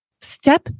Step